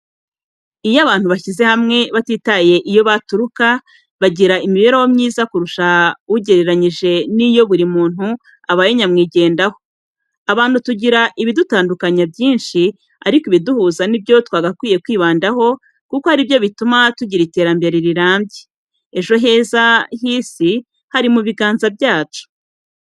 Iyo abantu bashize hamwe batitaye iyo baturuka bagira imibereho myiza kurusha ugereranyije n'iyo buri muntu abaye nyamwigendaho. Abantu tugira ibidutandukanya byinshi ariko ibiduhuza ni byo twakakwiye kwibandaho, kuko ari byo bituma tugira iterambere rirambye. Ejo heza h'isi hari mu biganza byacu.